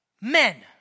Men